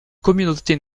communauté